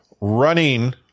running